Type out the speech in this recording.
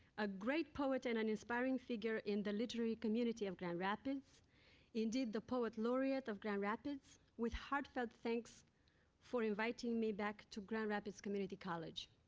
a great poet and an inspiring figure in the literary community of grand rapids indeed, the poet laureate of grand rapids with heartfelt thanks for inviting me back to grand rapids community college.